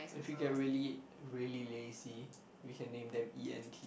if we get really really lazy we can name them E_N_T